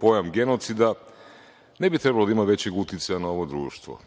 pojam genocida, ne bi trebalo da ima većeg uticaja na ovo društvo.